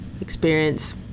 experience